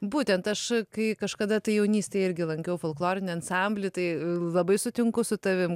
būtent aš kai kažkada tai jaunystėje irgi lankiau folklorinį ansamblį tai labai sutinku su tavim